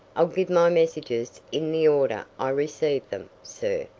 i'll give my messages in the order i received them, sir,